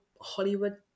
Hollywood